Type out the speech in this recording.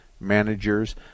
managers